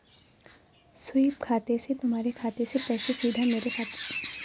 SVEEP खाते से तुम्हारे खाते से पैसे सीधा मेरे खाते में आ जाएंगे